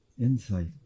insight